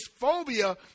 phobia